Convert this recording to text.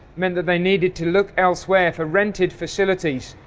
meant that they needed to look elsewhere for rented facilities,